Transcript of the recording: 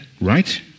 right